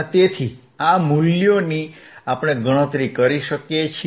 તેથી આ મૂલ્યોની આપણે ગણતરી કરી શકીએ છીએ